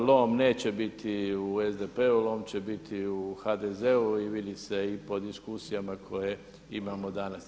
Lom neće biti u SDP-u, lom će biti u HDZ-u i vidi se i po diskusijama koje imamo danas.